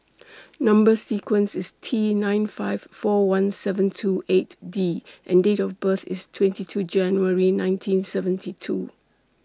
Number sequence IS T nine five four one seven two eight D and Date of birth IS twenty two January nineteen seventy two